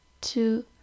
two